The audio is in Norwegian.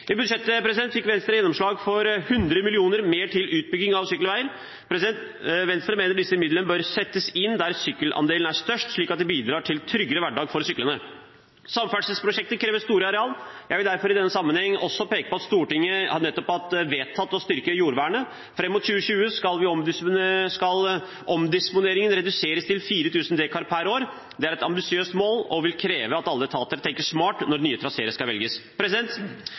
I budsjettet fikk Venstre gjennomslag for 100 mill. kr mer til utbygging av sykkelveier. Venstre mener disse midlene bør settes inn der sykkelandelen er størst, slik at det bidrar til en tryggere hverdag for syklende. Samferdselsprosjekter krever store arealer. Jeg vil derfor i denne sammenheng også peke på at Stortinget nettopp har vedtatt å styrke jordvernet. Fram mot 2020 skal omdisponeringen reduseres til 4 000 dekar per år. Det er et ambisiøst mål og vil kreve at alle etater tenker smart når nye traseer skal velges.